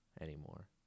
anymore